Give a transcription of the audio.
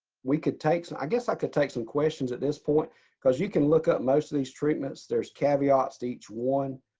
we could take, so i guess i could take some questions at this point because you can look up most of these treatments. there's caveats to each one.